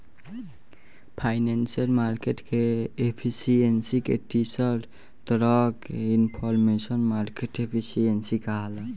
financial market के efficiency के तीसर तरह के इनफॉरमेशनल मार्केट एफिशिएंसी कहाला